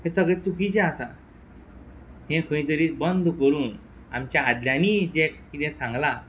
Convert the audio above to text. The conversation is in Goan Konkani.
हें सगळें चुकीचें आसा हें खंय तरी बंद करून आमच्या आदल्यांनी जें किदें सांगलां